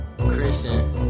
Christian